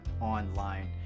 online